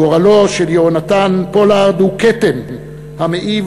גורלו של יהונתן פולארד הוא כתם המעיב